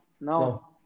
no